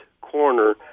corner